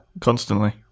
constantly